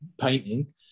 painting